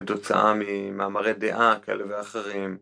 תוצאה ממאמרי דעה כאלה ואחרים.